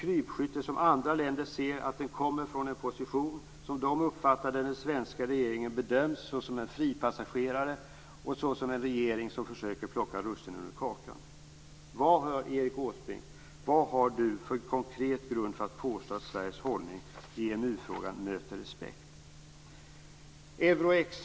Den svenska regeringen bedöms av andra länder som en fripassagerare och som en regering som försöker plocka russinen ur kakan. Erik Åsbrink, vad har du för konkret grund för att påstå att Sveriges hållning i EMU-frågan möter respekt? Det har här talats om Euro-X.